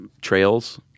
trails